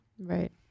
right